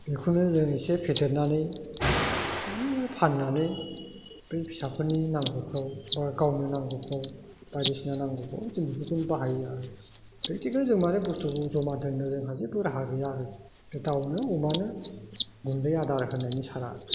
बेखौनो जों एसे फेदेरनानै फाननानै बै फिसाफोरनि नांगौफ्राव एबा गावनो नांगौफ्राव बायदिसिना नांगौखौ जों बेफोरखौनो बाहायो आरो प्रेकटिकेलि माने जों बुस्थुखौ जमा दोननो जोंहा जेबो राहा गैया आरो बे दाउनो अमानो गुन्दै आदार होनायनि सारा